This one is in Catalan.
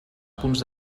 punts